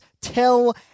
tell